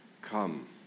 come